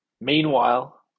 Meanwhile